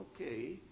okay